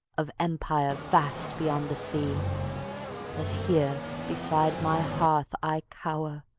of empire vast beyond the sea as here beside my hearth i cower,